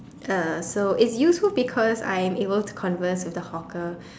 uh so it's useful because I am able to converse with the hawker